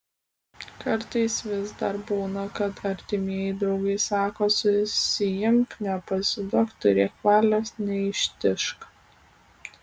kartais vis dar būna kad artimieji draugai sako susiimk nepasiduok turėk valios neištižk